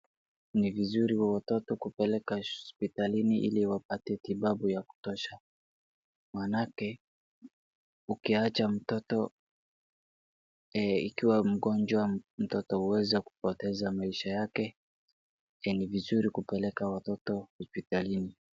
Ni vizuri wa watoto kupeleka hospitalini ili wapate tibabu ya kutosha. Maanake ukiacha mtoto ikiwa mgonjwa mtoto uweza kupoteza maisha yake. Ni vizuri kupeleka watoto hospitalini.